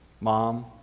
Mom